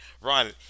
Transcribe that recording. Ron